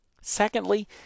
Secondly